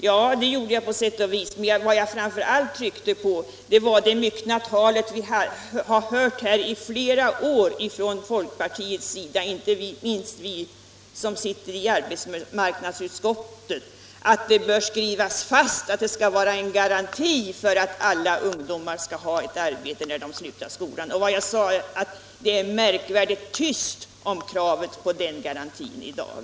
Ja, det gjorde jag på sätt och vis, men vad jag framför allt tryckte på var det myckna talet vi hört i flera år ifrån folkpartiets sida. Inte minst vi som sitter i arbetsmarknadsutskottet har hört det krävas att man skulle skriva fast att det skall vara en garanti för att alla ungdomar skall ha ett arbete när de slutar skolan. Jag sade att det är märkvärdigt tyst om kravet på den garantin i dag.